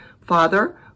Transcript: Father